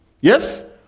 Yes